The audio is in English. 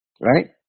right